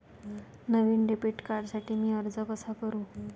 नवीन debit कार्डसाठी मी अर्ज कसा करू?